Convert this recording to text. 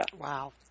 Wow